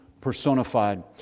personified